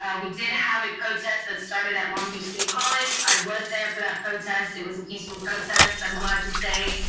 we did have a protest that started at long beach city college. i was there for that protest, it was a peaceful protest, i'm glad to say.